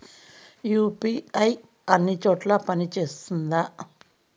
UPI అన్ని చోట్ల పని సేస్తుందా?